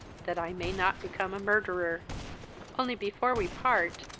that i may not become a murderer only before we part,